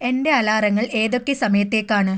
എന്റെ അലാറങ്ങൾ ഏതൊക്കെ സമയത്തേക്കാണ്